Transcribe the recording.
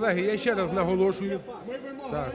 Колеги, я ще раз наголошую… (Шум у залі)